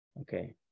Okay